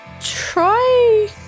try